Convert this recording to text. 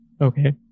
Okay